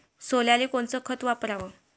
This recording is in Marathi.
सोल्याले कोनचं खत वापराव?